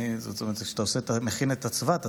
זאת אומרת כשאתה מכין את הצבת,